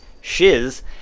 shiz